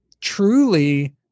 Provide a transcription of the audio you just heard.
truly